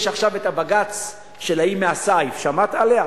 יש עכשיו הבג"ץ של ההיא מהסיף, שמעת עליה?